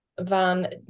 Van